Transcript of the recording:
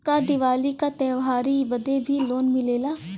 का दिवाली का त्योहारी बदे भी लोन मिलेला?